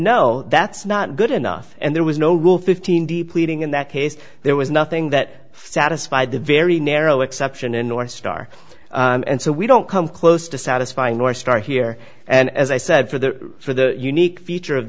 no that's not good enough and there was no rule fifteen d pleading in that case there was nothing that satisfied the very narrow exception in north star and so we don't come close to satisfying northstar here and as i said for the for the unique feature of